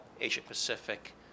Asia-Pacific